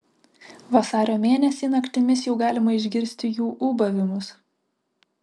vasario mėnesį naktimis jau galima išgirsti jų ūbavimus